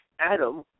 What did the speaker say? Adam